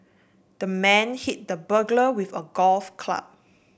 the man hit the burglar with a golf club